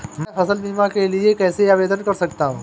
मैं फसल बीमा के लिए कैसे आवेदन कर सकता हूँ?